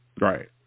Right